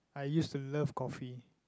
I used to love coffee